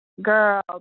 Girl